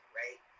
right